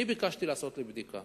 אני ביקשתי לעשות לי בדיקה.